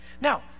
Now